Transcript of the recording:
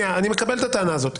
אני מקבל את הטענה הזאת.